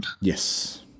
Yes